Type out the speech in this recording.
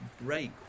break